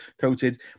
coated